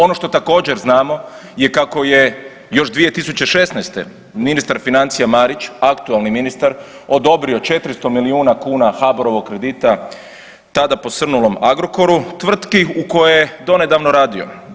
Ono što također znamo je kako je još 2016. ministar financija Marić, aktualni ministar, odobrio 400 milijuna kuna HBOR-ovog kredita tada posrnulom Agrokoru, tvrtki u kojoj je donedavno radio.